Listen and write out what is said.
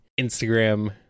Instagram